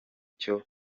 cyo